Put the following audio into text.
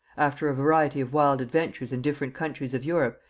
after a variety of wild adventures in different countries of europe,